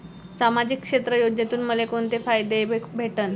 सामाजिक क्षेत्र योजनेतून मले कोंते फायदे भेटन?